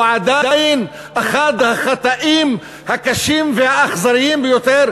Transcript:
הוא עדיין אחד החטאים הקשים והאכזריים ביותר